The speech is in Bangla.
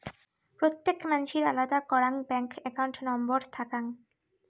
প্রত্যেক মানসির আলাদা করাং ব্যাঙ্ক একাউন্ট নম্বর থাকাং